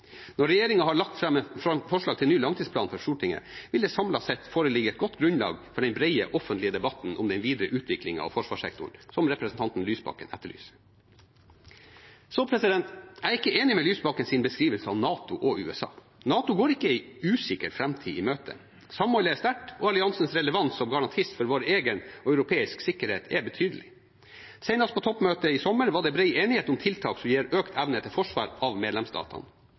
Når regjeringen har lagt fram forslag til ny langtidsplan for Stortinget, vil det samlet sett foreligge et godt grunnlag for den brede offentlige debatten om den videre utviklingen av forsvarssektoren som representanten Lysbakken etterlyser. Jeg er ikke enig med Lysbakkens beskrivelse av NATO og USA. NATO går ikke en usikker framtid i møte. Samholdet er sterkt, og alliansens relevans som garantist for vår egen og europeisk sikkerhet er betydelig. Senest på toppmøtet i sommer var det bred enighet om tiltak som gir økt evne til forsvar av medlemsstatene.